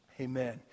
amen